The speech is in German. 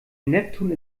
neptun